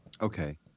Okay